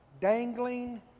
dangling